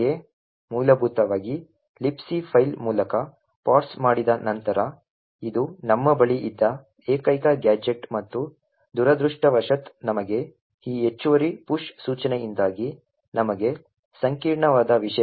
ಮೂಲಭೂತವಾಗಿ Libc file ಮೂಲಕ parse ಮಾಡಿದ ನಂತರ ಇದು ನಮ್ಮ ಬಳಿ ಇದ್ದ ಏಕೈಕ ಗ್ಯಾಜೆಟ್ ಮತ್ತು ದುರದೃಷ್ಟವಶಾತ್ ನಮಗೆ ಈ ಹೆಚ್ಚುವರಿ ಪುಶ್ ಸೂಚನೆಯಿಂದಾಗಿ ನಮಗೆ ಸಂಕೀರ್ಣವಾದ ವಿಷಯಗಳಿವೆ